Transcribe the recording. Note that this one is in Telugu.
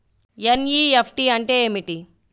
ఎన్.ఈ.ఎఫ్.టీ అంటే ఏమిటి?